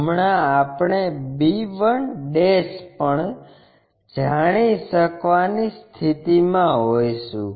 હમણાં આપણે b1 પણ જાણી શકવાની સ્થિતી મા હોઈશું